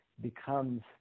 becomes